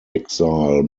exile